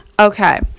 Okay